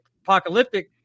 apocalyptic